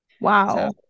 Wow